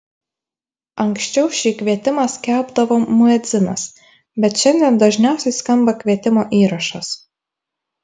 anksčiau šį kvietimą skelbdavo muedzinas bet šiandien dažniausiai skamba kvietimo įrašas